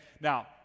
Now